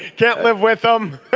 can't live with them.